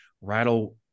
rattle